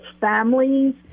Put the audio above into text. families